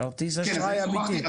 כרטיס אשראי אמיתי.